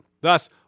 Thus